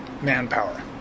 manpower